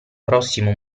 prossimo